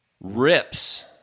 rips